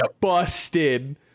busted